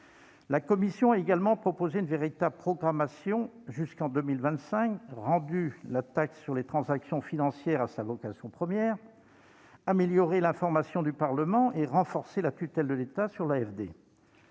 La commission a également proposé une véritable programmation jusqu'en 2025, rendu la taxe sur les transactions financières à sa vocation première, amélioré l'information du Parlement et renforcé la tutelle de l'État sur l'AFD.